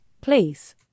please